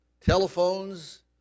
telephones